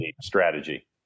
strategy